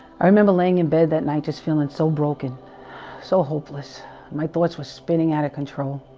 i remember laying in bed that night just feeling so broken so hopeless my thoughts were spinning out of control